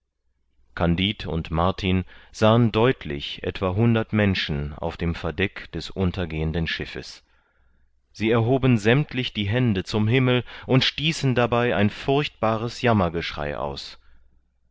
kandid und martin sahen deutlich etwa hundert menschen auf dem verdeck des untergehenden schiffes sie erhoben sämmtlich die hände zum himmel und stießen dabei ein furchtbares jammergeschrei aus